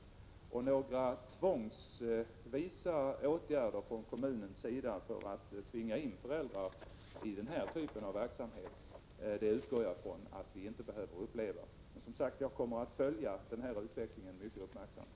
Jag utgår från att vi inte behöver uppleva några tvångsvisa åtgärder från kommunernas sida för att tvinga in föräldrar i den typen av verksamhet. Men som sagt kommer jag att följa utvecklingen mycket uppmärksamt.